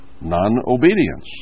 non-obedience